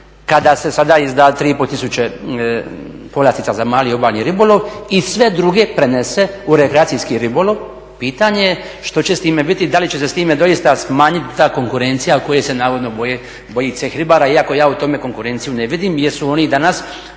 kada se sada izda 3,5 tisuće povlastica za mali obalni ribolov i sve druge prenese u rekreacijski ribolov, pitanje je što će sa time biti i da li će se sa time doista smanjiti ta konkurencija koje se navodno boji Ceh ribara iako ja u tome konkurenciju ne vidim jer su oni i danas,